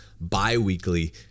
bi-weekly